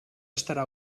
estarà